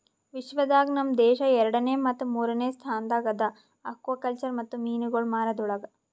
ವಿಶ್ವ ದಾಗ್ ನಮ್ ದೇಶ ಎರಡನೇ ಮತ್ತ ಮೂರನೇ ಸ್ಥಾನದಾಗ್ ಅದಾ ಆಕ್ವಾಕಲ್ಚರ್ ಮತ್ತ ಮೀನುಗೊಳ್ ಮಾರದ್ ಒಳಗ್